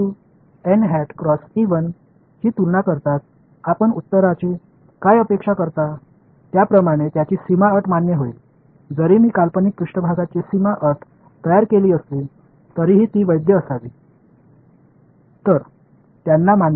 அவர்கள் பௌண்டரி கண்டிஷன்ஸ்களை ஏற்றுக்கொள்வார்கள் என்று நீங்கள் எதிர்பார்க்கிறீர்கள் நான் கற்பனையான மேற்பரப்பு பௌண்டரி கண்டிஷன்ஸ் களை உருவாக்கியிருந்தாலும் இன்னும் செல்லுபடியாகும்